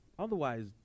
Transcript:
Otherwise